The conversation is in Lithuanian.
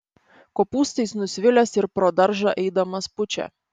kopūstais nusvilęs ir pro daržą eidamas pučia